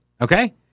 Okay